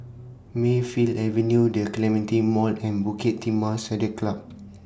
Mayfield Avenue The Clementi Mall and Bukit Timah Saddle Club